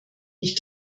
ich